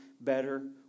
better